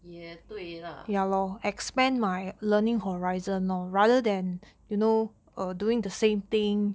也对 lah